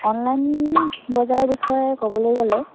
online বজাৰৰ বিষয়ে ক'বলৈ গ'লে